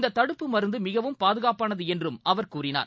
இந்ததடுப்பு மருந்தமிகவும் பாதுகாப்பானதுஎன்றும் அவர் கூறினார்